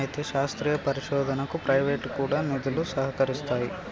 అయితే శాస్త్రీయ పరిశోధనకు ప్రైవేటు కూడా నిధులు సహకరిస్తాయి